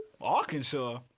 Arkansas